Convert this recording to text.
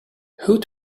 who